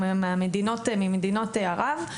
או ממדינות ערב,